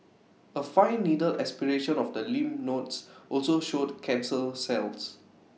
A fine needle aspiration of the lymph nodes also showed cancer cells